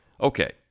Okay